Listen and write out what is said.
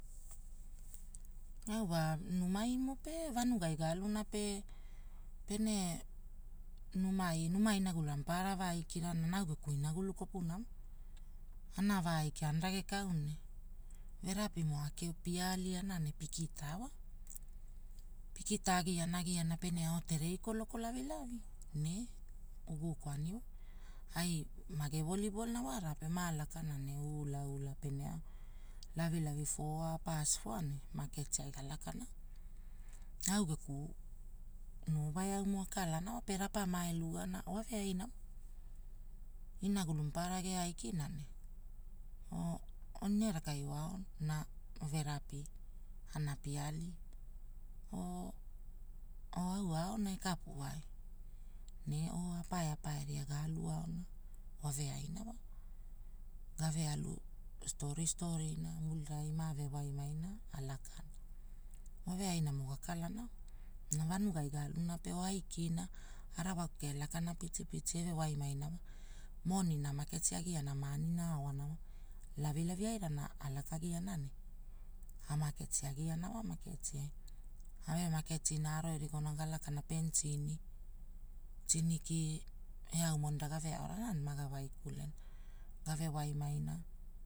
Pe au wa numaimo pe vanuai galuna pe, pene numai numa inaguluna ma pa vaaikia au geku inagulu kopunamo, ana vaaiki ana ragekau ne, era eaumo pie aliana ne pikita wa. Pikita agiana agiana pene ao terei koloko lavalavi, ne, ugakawani. Ai maga woolibolona na ma lakana ne ulaula pene ao, lavilavi foa apas foa ne maaketii ai galakana. Na au geku, eaumo akalana wave ainamo, inagulu maparara geaikina ne oo rerakai oaona au aona ekapu ai ne noo apae apae ria galu aona, waveaina wa, gave alu, storii storiina mulirai mave waimaina alakana. Waveainamo gakalana na vanugaimo galuna pe aikina, arawaku kei elakana pitipitina eve waimaina moonina amaketi agiana maanina aooa lavilavi airana alakagiana ne, amaketi agiana wa maketi ai. Ave maketina erigona galakana pentini, tiniki eau monira gave aorana ne maga waikulena. Geve wai maina